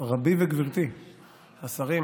רבי וגברתי השרים,